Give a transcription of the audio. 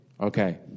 okay